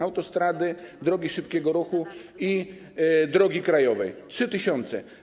Autostrady, drogi szybkiego ruchu i drogi krajowe, 3 tys. km.